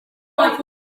fawr